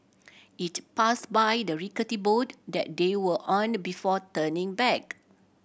it pass by the rickety boat that they were on before turning back